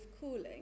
cooling